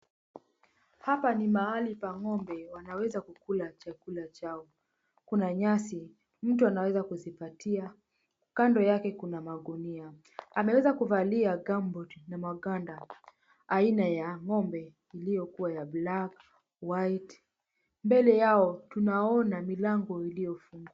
Hapa ni mahali pa ng'ombe, wanaweza kukula chakula chao. Kuna nyasi mtu anaweza kuzipatia, kando yake kuna magunia. Ameweza kuvalia gumboot na maganda. Aina ya ng'ombe iliyokuwa ya black, white . Mbele yao tunaona milango iliyofungwa.